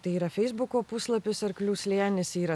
tai yra feisbuko puslapius arklių slėnis yra